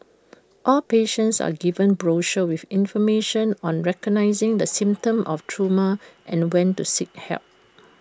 all patients are given brochures with information on recognising the symptoms of trauma and when to seek help